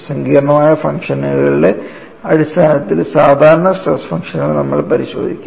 സങ്കീർണ്ണമായ ഫംഗ്ഷനുകളുടെ അടിസ്ഥാനത്തിൽ സാധാരണ സ്ട്രെസ് ഫംഗ്ഷനുകൾ നമ്മൾ പരിശോധിക്കും